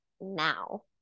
now